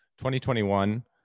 2021